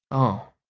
oh,